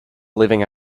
living